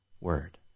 word